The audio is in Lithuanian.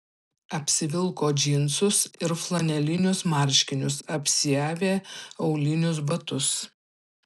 apsivilko džinsus ir flanelinius marškinius apsiavė aulinius batus